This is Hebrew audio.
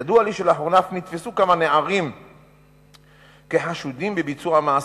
ידוע לי שלאחרונה אף נתפסו כמה נערים כחשודים בביצוע המעשה,